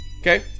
okay